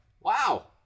wow